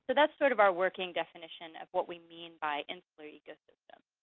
that's sort of our working definition of what we mean by insular ecosystem.